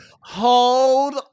Hold